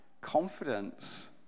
Confidence